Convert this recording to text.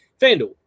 FanDuel